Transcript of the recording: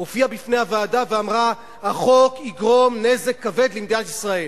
הופיעה בפני הוועדה ואמרה: החוק יגרום נזק כבד למדינת ישראל.